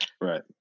Right